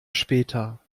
später